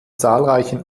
zahlreichen